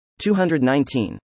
219